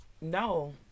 no